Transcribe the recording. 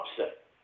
upset